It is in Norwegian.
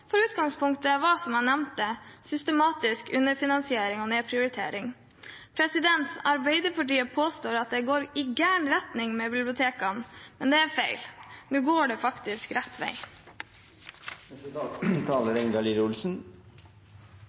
for utgangspunktet var som jeg nevnte, systematisk underfinansiering og nedprioritering. Arbeiderpartiet påstår at det går i gal retning med bibliotekene, men det er feil, nå går det faktisk rett